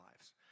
lives